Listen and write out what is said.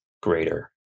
greater